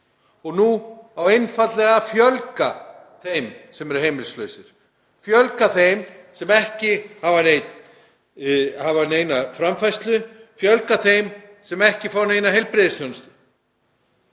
Og nú á einfaldlega að fjölga þeim sem eru heimilislausir, fjölga þeim sem ekki hafa neina framfærslu, fjölga þeim sem ekki fá neina heilbrigðisþjónustu.